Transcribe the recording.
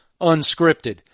unscripted